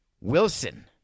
Wilson